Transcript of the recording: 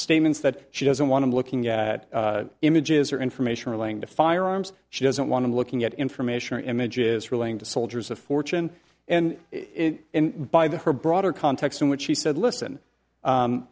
statements that she doesn't want to be looking at images or information relating to firearms she doesn't want to looking at information or images ruling to soldiers of fortune and and by the her broader context in which she said listen